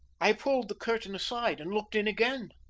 i pulled the curtain aside and looked in again.